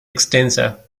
extensa